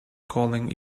calling